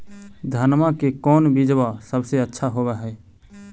धनमा के कौन बिजबा सबसे अच्छा होव है?